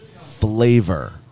flavor